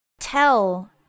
Tell